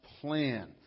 plan